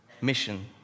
Mission